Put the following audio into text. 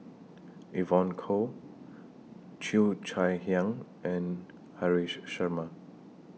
Evon Kow Cheo Chai Hiang and Haresh Sharma